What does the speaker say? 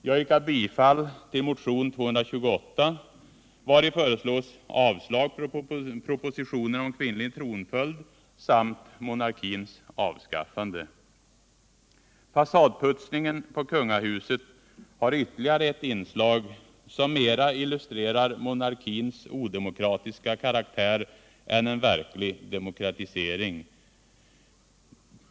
Jag yrkar bifall till motionen 228, vari föreslås avslag på propositionen om kvinnlig tronföljd samt monarkins avskaffande. Fasadputsningen på kungahuset har ytterligare ett inslag som mera illustrerar monarkins odemokratiska karaktär än en verklig demokratisering.